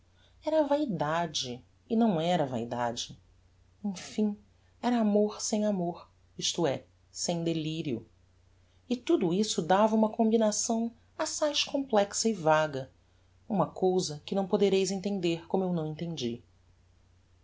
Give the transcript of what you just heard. era vaidade e não era vaidade emfim era amor sem amor isto é sem delirio e tudo isso dava uma combinação assás complexa e vaga uma cousa que não podereis entender como eu não entendi